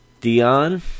Dion